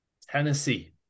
Tennessee